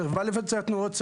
סירבה לבצע תנועות,